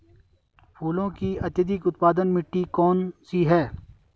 फूलों की अत्यधिक उत्पादन मिट्टी कौन सी है?